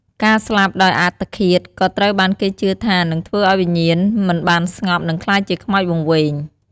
ការស្លាប់ដោយអត្តឃាតក៏ត្រូវបានគេជឿថានឹងធ្វើឲ្យវិញ្ញាណមិនបានស្ងប់ និងក្លាយជាខ្មោចវង្វេង។